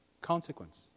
consequence